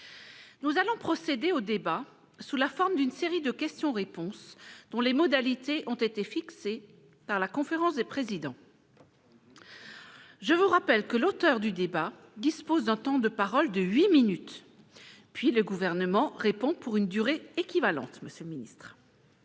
Nous allons procéder au débat sous la forme d'une série de questions-réponses dont les modalités ont été fixées par la conférence des présidents. Je rappelle que l'auteur de la demande dispose d'un temps de parole de huit minutes, puis le Gouvernement répond pour une durée équivalente.